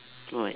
why